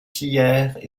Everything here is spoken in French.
pillèrent